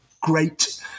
great